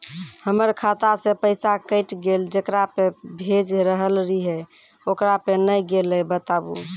हमर खाता से पैसा कैट गेल जेकरा पे भेज रहल रहियै ओकरा पे नैय गेलै बताबू?